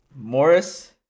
Morris